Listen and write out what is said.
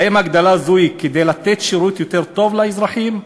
האם הגדלה זו היא כדי לתת שירות יותר טוב לאזרחים,